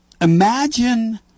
Imagine